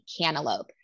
cantaloupe